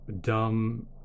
dumb